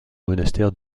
monastère